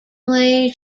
lay